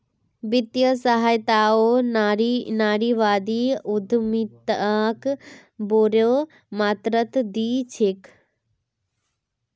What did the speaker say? वित्तीय सहायताओ नारीवादी उद्यमिताक बोरो मात्रात दी छेक